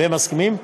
הם מסכימים?